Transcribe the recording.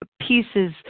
pieces